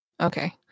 Okay